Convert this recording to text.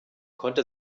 konnte